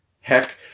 heck